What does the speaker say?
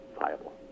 viable